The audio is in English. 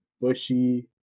bushy